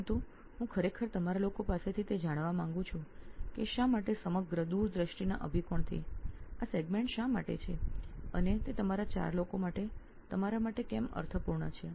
પરંતુ હું ખરેખર આપ લોકો પાસેથી તે જાણવા માંગું છું કે શા માટે સમગ્ર દૂરદ્રષ્ટિના અભિકોણથી આ ક્ષેત્ર શા માટે અને તે આપ લોકો માટે કેમ અર્થપૂર્ણ છે